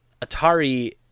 Atari